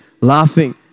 laughing